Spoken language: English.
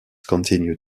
continued